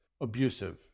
abusive